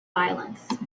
violence